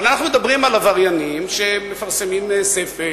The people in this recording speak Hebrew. אבל אנחנו מדברים על עבריינים שמפרסמים ספר,